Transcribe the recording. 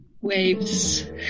waves